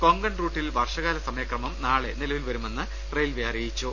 കൊങ്കൺ റൂട്ടിൽ വർഷകാല സമയക്രമം നാളെ നിലവിൽ വരുമെന്ന് റെയിൽവേ അറിയിച്ചു